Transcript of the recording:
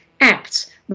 acts